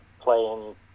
playing